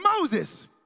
Moses